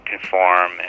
conform